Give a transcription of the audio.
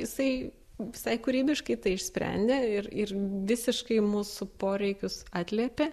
jisai visai kūrybiškai tai išsprendė ir ir visiškai mūsų poreikius atliepė